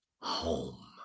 home